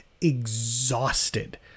exhausted